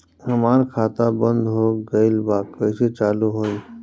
हमार खाता बंद हो गइल बा कइसे चालू होई?